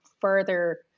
further